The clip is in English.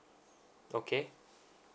okay